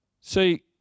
see